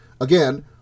Again